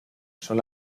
son